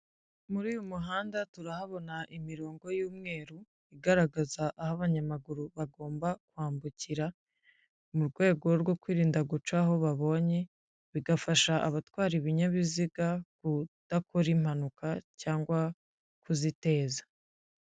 Muri uyu muhanda turahabona imirongo y'umweru igaragaza aho abanyamaguru bagomba kwambukira mu rwego rwo kwirinda guca aho babonye, bigafasha abatwara ibinyabiziga kudakora impanuka cyangwa kuziteza.